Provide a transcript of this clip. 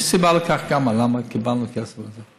יש סיבה לכך, למה קיבלנו כסף לזה.